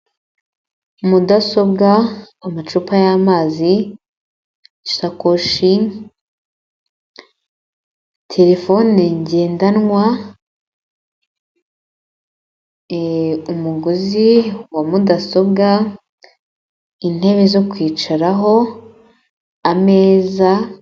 Mudasobwa, amacupa y'amazi, isakoshi, terefone ngendanwa ,umugozi wa mudasobwa, intebe zo kwicaraho n'ameza.